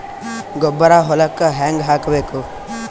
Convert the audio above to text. ಗೊಬ್ಬರ ಹೊಲಕ್ಕ ಹಂಗ್ ಹಾಕಬೇಕು?